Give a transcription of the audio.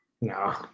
No